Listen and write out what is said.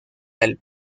del